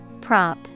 Prop